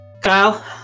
kyle